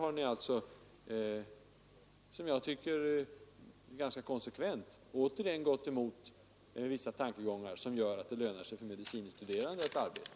Och i dag har ni — som jag tycker ganska konsekvent — åter gått emot de tankegångar som syftar till att det skall löna sig för medicinstuderande att arbeta.